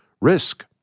risk